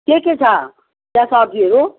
के के छ त्यहाँ सब्जीहरू